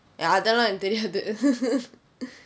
அதெல்லாம் எனக்கு தெரியாது:athellaam enakku theriyaathu